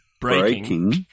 breaking